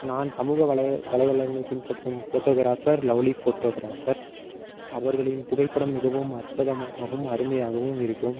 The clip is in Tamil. நான் சமூக வலை வலைத்தளங்களில் பின்பற்றும் ஃபோட்டோக்ராஃபர் லவ்லி ஃபோட்டோக்ராஃபர் அவர்களின் புகைப்படம் மிகவும் அற்புதமாகவும் அருமையாகவும் இருக்கும்